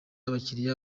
abakiliya